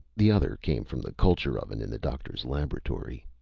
the other came from the culture oven in the doctor's laboratory.